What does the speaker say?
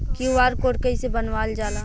QR code कइसे बनवाल जाला?